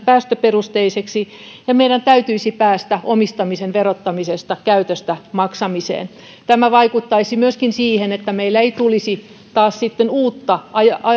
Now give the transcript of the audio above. päästöperusteiseksi ja meidän täytyisi päästä omistamisen verottamisesta käytöstä maksamiseen tämä vaikuttaisi myöskin siihen että meillä ei tulisi taas sitten uutta